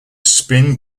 spin